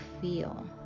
feel